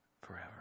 forever